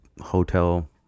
hotel